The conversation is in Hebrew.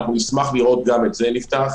נשמח לראות גם את זה נפתח.